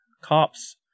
cops